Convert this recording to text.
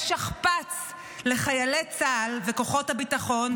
שכפ"ץ לחיילי צה"ל וכוחות הביטחון,